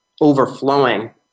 overflowing